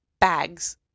bags